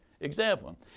Example